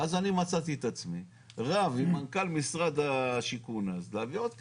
ואז אני מצאתי את עצמי רב עם מנכ"ל משרד השיכון אז להביא עוד כסף,